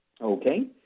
Okay